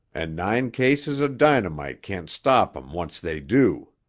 and nine cases of dynamite can't stop em once they do.